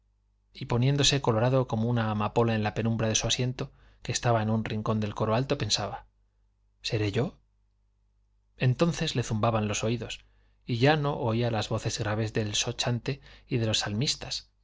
y poniéndose colorado como una amapola en la penumbra de su asiento que estaba en un rincón del coro alto pensaba seré yo entonces le zumbaban los oídos y ya no oía las voces graves del sochantre y de los salmistas